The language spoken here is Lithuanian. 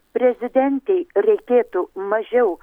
prezidentei reikėtų mažiau